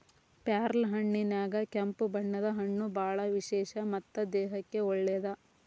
ಪ್ಯಾರ್ಲಹಣ್ಣಿನ್ಯಾಗ ಕೆಂಪು ಬಣ್ಣದ ಹಣ್ಣು ಬಾಳ ವಿಶೇಷ ಮತ್ತ ದೇಹಕ್ಕೆ ಒಳ್ಳೇದ